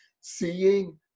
seeing